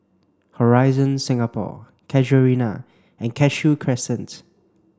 Horizon Singapore Casuarina and Cashew Crescent